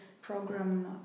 program